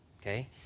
okay